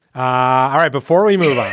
ah all right, before we move on,